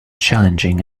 challenging